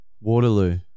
Waterloo